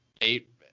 eight